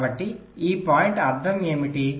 కాబట్టి ఈ పాయింట్ అర్థం ఏమిటి